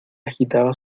agitaba